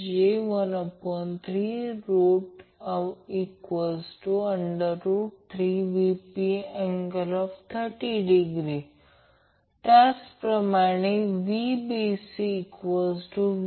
जेव्हा सोर्स काहीही अनबॅलन्सड असल्यास हा सोर्स त्यातून कसा बॅलन्स होतो ते आपण करू मी त्याचप्रमाणे ते बॅलन्स आहे हे सांगेन